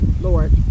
Lord